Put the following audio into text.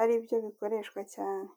aribyo bikoreshwa cyane.